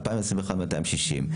2021 260,